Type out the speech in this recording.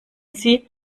sie